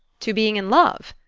to being in love?